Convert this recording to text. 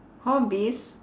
hobbies